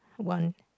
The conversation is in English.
one